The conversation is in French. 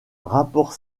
rapport